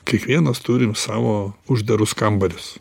kiekvienas turim savo uždarus kambarius